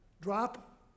drop